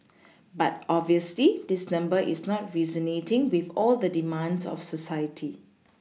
but obviously this number is not resonating with all the demands of society